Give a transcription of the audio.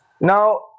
Now